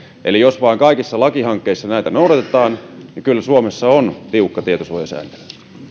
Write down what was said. eli jos vain kaikissa lakihankkeissa näitä noudatetaan niin kyllä suomessa on tiukka tietosuojasääntely